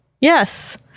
Yes